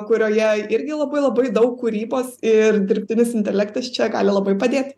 kurioje irgi labai labai daug kūrybos ir dirbtinis intelektas čia gali labai padėt